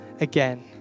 again